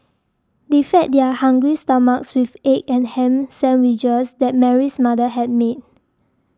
they fed their hungry stomachs with egg and ham sandwiches that Mary's mother had made